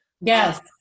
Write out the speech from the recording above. Yes